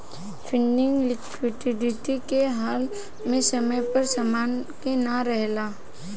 funding liquidity के हाल में समय पर समान के ना रेहला